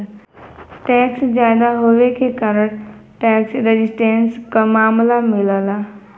tax जादा होये के कारण टैक्स रेजिस्टेंस क मामला मिलला